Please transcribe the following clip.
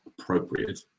appropriate